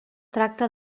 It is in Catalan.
tracta